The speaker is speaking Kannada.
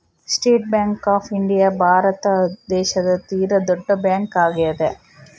state Bank of India Bharat ದೇಶದ ತೀರ ದೊಡ್ಡ ಬ್ಯಾಂಕ್ ಆಗ್ಯಾದ